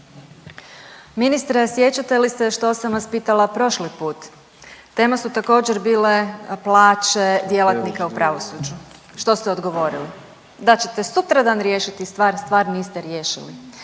Ministre, sjećate li se što sam vas pitala prošli put? Tema su također bile plaće djelatnika u pravosuđu. Što ste odgovorili? Da ćete sutradan riješiti stvar, stvar niste riješili.